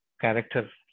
character